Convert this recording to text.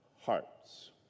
hearts